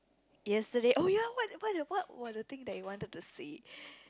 yesterday oh ya what what the part was the thing that you wanted to say